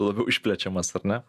labiau išplečiamas ar ne